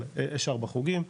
אבל יש ארבעה חוגים,